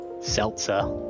seltzer